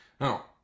Now